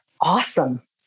awesome